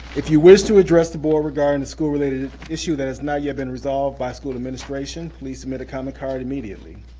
if you wish to address the board regarding a school-related issue that has not yet been resolved by school administration, please submit a comment card immediately.